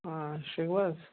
آ شۅنٛگوٕ حظ